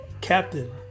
Captain